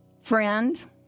friend